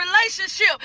relationship